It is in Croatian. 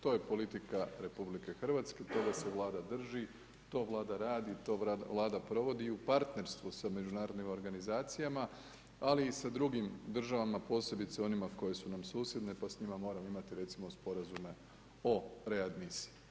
To je politika RH, toga se vlada drži, to vlada radi i to vlada provodi i u partnerstvu sa međunarodnim organizacijama, ali i sa drugim državama, posebice onima koje su nam susjedne, pa s njima moramo imati, recimo oreagresije.